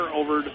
over